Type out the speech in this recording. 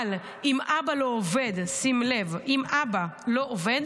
אבל אם אבא לא עובד, שים לב, אם אבא לא עובד